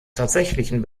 tatsächlichen